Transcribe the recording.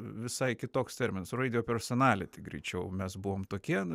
visai kitoks terminas reidijo personaliti greičiau mes buvom tokie